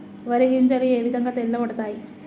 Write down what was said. వరి గింజలు ఏ విధంగా తెల్ల పడతాయి?